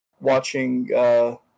watching